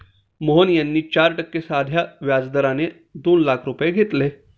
मोहन यांनी चार टक्के साध्या व्याज दराने दोन लाख रुपये घेतले